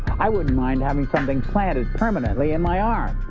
i wouldn't mind having something planted permanently in my arm,